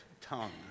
tongue